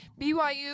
BYU